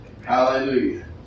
Hallelujah